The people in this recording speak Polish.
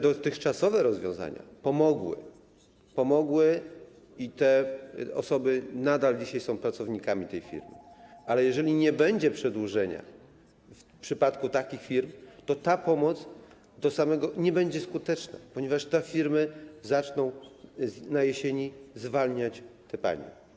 Dotychczasowe rozwiązania pomogły i te osoby nadal są pracownikami tej firmy, ale jeżeli nie będzie przedłużenia w przypadku takich firm, to ta pomoc nie będzie skuteczna, ponieważ te firmy zaczną na jesieni zwalniać te panie.